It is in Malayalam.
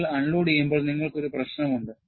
നിങ്ങൾ അൺലോഡുചെയ്യുമ്പോൾ നിങ്ങൾക്ക് ഒരു പ്രശ്നമുണ്ട്